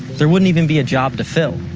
there wouldn't even be a job to fill.